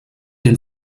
den